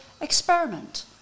experiment